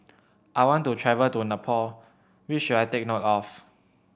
I want to travel to Nepal what should I take note of